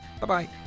Bye-bye